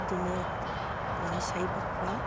দিনে তিনি চাৰি বাৰ খোৱাও